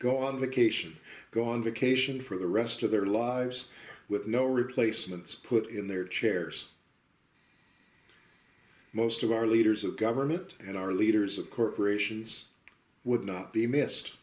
go on vacation go on vacation for the rest of their lives with no replacements put in their chairs most of our leaders of government and our leaders of corporations would not be missed